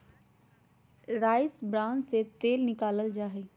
rice bran से तेल निकाल्ल जाहई